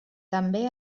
també